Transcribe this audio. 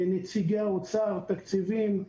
נציגי האוצר, תקציבים,